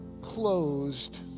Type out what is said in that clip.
closed